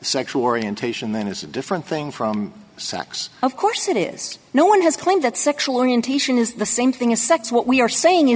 sexual orientation then is a different thing from sex of course it is no one has claimed that sexual orientation is the same thing as sex what we are saying is